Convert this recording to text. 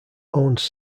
owns